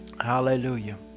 Hallelujah